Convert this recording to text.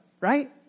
right